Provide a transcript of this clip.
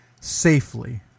safely